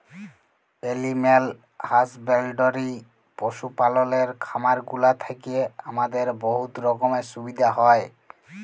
animal husbandry পশু পাললের খামারগুলা থ্যাইকে আমাদের বহুত রকমের সুবিধা হ্যয়